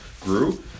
grew